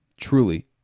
Truly